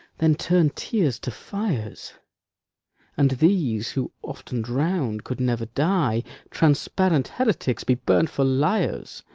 then turn tears to fires and these who, often drown'd, could never die transparent heretics, be burnt for liars!